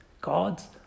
God's